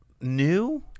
new